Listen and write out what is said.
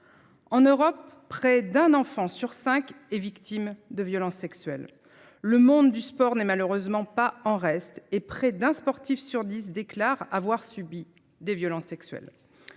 En Europe, près d'un enfant sur cinq est victime de violences sexuelles. Le monde du sport n'est malheureusement pas en reste et près d'un sportif sur 10 déclarent avoir subi des violences sexuelles.